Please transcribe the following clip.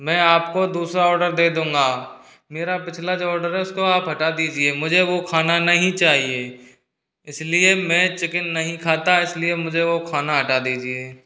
मैं आपको दूसरा ऑर्डर दे दूँगा मेरा पिछला जो ऑर्डर है आप उसको हटा दीजिए मुझे वो खाना नहीं चाहिए इसलिए मैं चिकन नहीं खाता इसलिए मुझे वो खाना हटा दीजिए